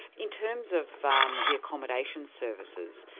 in terms of um the accommodation services,